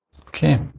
okay